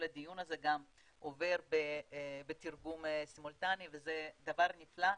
הדיון הזה גם עובר בתרגום סימולטני וזה דבר נפלא,